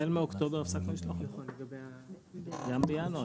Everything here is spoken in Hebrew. אנחנו מדברים פה על חלק שהוא מינואר